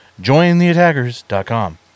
jointheattackers.com